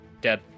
Dead